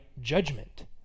judgment